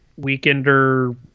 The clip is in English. Weekender